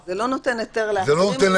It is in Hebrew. זה לא נותן היתר לאחרים,